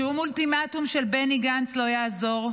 שום אולטימטום של בני גנץ לא יעזור,